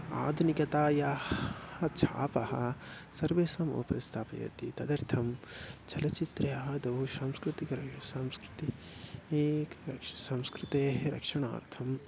आधुनिकातायाः छापः सर्वेषाम् उपरि स्थापयति तदर्थं चलचित्रे आदौ सांस्कृतिकः सांस्कृतिकः एक संस्कृतेः रक्षणार्थम्